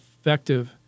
effective